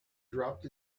dropped